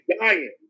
dying